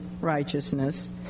righteousness